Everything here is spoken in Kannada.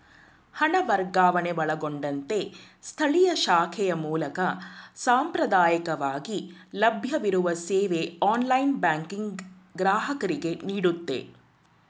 ಹಣ ವರ್ಗಾವಣೆ ಒಳಗೊಂಡಂತೆ ಸ್ಥಳೀಯ ಶಾಖೆಯ ಮೂಲಕ ಸಾಂಪ್ರದಾಯಕವಾಗಿ ಲಭ್ಯವಿರುವ ಸೇವೆ ಆನ್ಲೈನ್ ಬ್ಯಾಂಕಿಂಗ್ ಗ್ರಾಹಕರಿಗೆನೀಡುತ್ತೆ